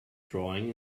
drawing